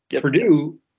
Purdue